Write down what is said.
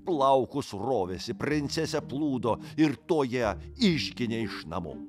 plaukus rovėsi princesę plūdo ir tuoj ją išginė iš namų